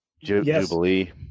jubilee